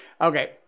okay